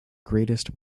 greatest